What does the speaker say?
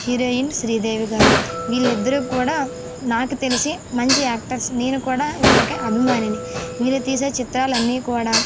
heroine Sridevi గారు వీళ్ళిద్దరూ కూడా నాకు తెలిసి మంచి యాక్టర్స్ నేను కూడా వీళ్ళకే అభిమానిని వీరు తీసే చిత్రాలు అన్నీ కూడా